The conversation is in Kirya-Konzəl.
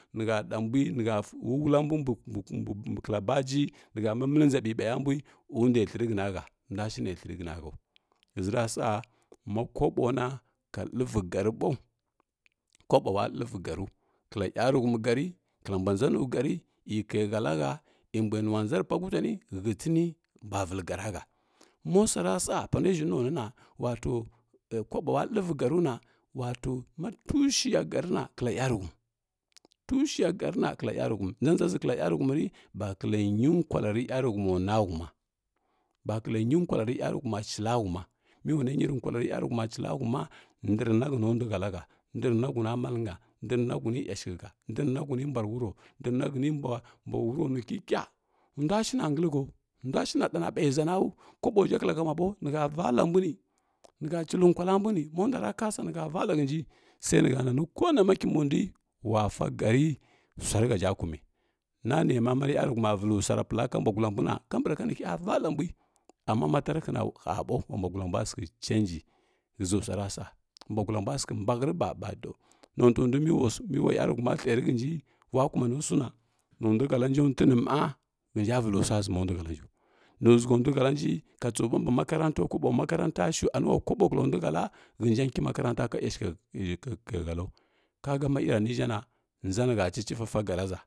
Nəhə ɗa mbui nihə wula mbui mbi kla baji nihə miməli nʒa ɓiɓaya mbui wunday thərihəna hə nduashine thənri həna hau ghəʒirasa mako bona ka ləvi gari bau kobowa ləvi guris kla yarutumi gəri klambua nʒanu gəri e kaihə lahə e mbui nuwa nʒa re riwa kutani hətini mbua vəli garo hə masurasa pana ʒhəninonuna wato kokowa ləvi garuna wato ma tushiya garina kla yaruhumi tushiya garəna kla yaruhumi nʒanʒazi kla yaruhumo re bakla ngiu kalare yarhumi nuaka huma baka nyu kwalara jaruhuma chilahuma meulana nyirikwalari yaruhuma chilahuma ndrna huna duhəlahə ndrna huna malnə ndma ashikhəhə ndana huni mbua re wurro ndrna huni mbuare warronu ko kəka nduashina ngiəhəu ndu ashina ɗana ɓui zanu kobozhə klahə mɓa bo nihə vala mbuni niə chibu kwala mbuni monduara kasa nihə vala hənji sainihə nani kona ma kimbundui wasa gari duarihə ʒhə kumi nanema mare yaruhuma səli suare pəla ka buagulambuna kambarahə nihə vala mbui amma ma tdrahəna həɓau ula mbuagulambua sikhə chengi ghəʒi suarasa ula mbuagula bua sikhə bahəre baɓa do notundui mewa yaruhuma ləri halnji ula kumanu suna niduhəlanʒa tuini mba ghənja vəli sua ʒima nduhəalanju nu ʒu ghə nduhəlanja ka tsuɓa mbi makantau koɓo makaran shui ani ula kobo kla nduhəla həsənki makarant ka asinkhə yi kai həlau kasa ma ireniʒhəna nʒa nihə chichif sasara ʒa.